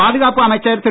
பாதுகாப்பு அமைச்சர் திரு